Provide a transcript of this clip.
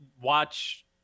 watch